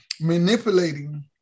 manipulating